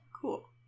Cool